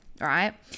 right